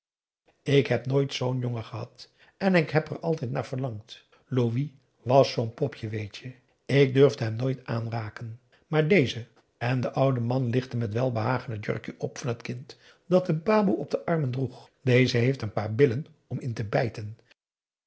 ik heb nooit zoo'n jongen gehad en ik heb er altijd naar verlangd louis was zoo'n popje weet je ik durfde hem nooit aanraken maar deze en de oude man lichtte met welbehagen het jurkje op van het kind dat de baboe op de armen droeg deze heeft een paar billen om in te bijten